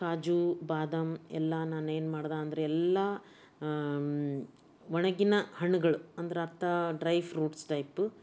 ಕಾಜು ಬಾದಾಮ್ ಎಲ್ಲ ನಾನೇನು ಮಾಡ್ದೆ ಅಂದರೆ ಎಲ್ಲ ಒಣಗಿದ ಹಣ್ಣುಗಳು ಅಂದ್ರೆ ಅರ್ಥ ಡ್ರೈ ಫ್ರುಟ್ಸ್ ಟೈಪು